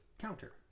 counter